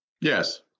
Yes